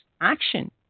action